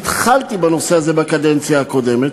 התחלתי בנושא הזה בקדנציה הקודמת,